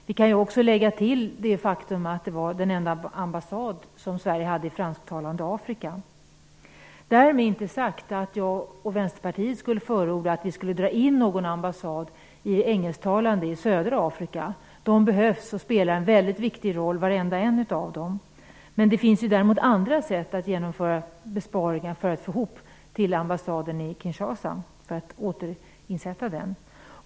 Vi kan också lägga till det faktum att detta var den enda ambassad som Sverige hade i fransktalande Afrika. Därmed inte sagt att jag och Vänsterpartiet skulle förorda att vi drar in någon ambassad i det engelsktalande, södra Afrika. De behövs och spelar en väldigt viktig roll, varenda en av dem. Det finns däremot andra sätt att genomföra besparingar för att återigen kunna öppna ambassaden i Kinshasa.